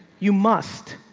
you must.